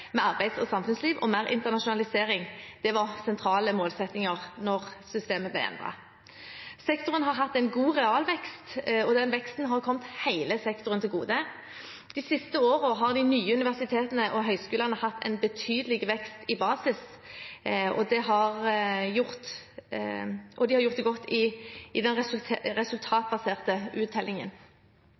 med arbeids- og samfunnsliv og mer internasjonalisering var sentrale målsettinger da systemet ble endret. Sektoren har hatt en god realvekst, og den veksten har kommet hele sektoren til gode. De siste årene har de nye universitetene og høyskolene hatt en betydelig vekst i basis, og de har gjort det godt i den resultatbaserte uttellingen. For eksempel har Universitetet i Agder og Universitetet i Stavanger den